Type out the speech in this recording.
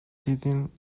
sitting